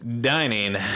Dining